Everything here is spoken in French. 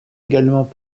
également